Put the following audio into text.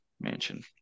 mansion